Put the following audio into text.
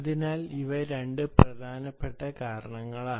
അതിനാൽ ഇവ 2 പ്രധാന കാരണങ്ങളാണ്